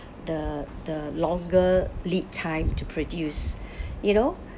the the longer lead time to produce you know